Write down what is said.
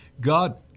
God